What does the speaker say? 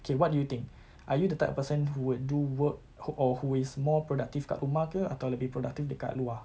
okay what do you think are you the type of person who would do work wh~ or who is more productive dekat rumah ke or is more productive dekat luar